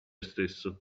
stesso